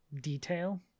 detail